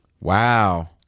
Wow